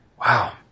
Wow